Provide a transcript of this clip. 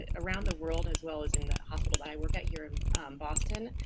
ah around the world, as well as in the hospital that i work at here in boston,